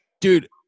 Dude